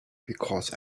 because